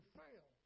fail